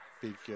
big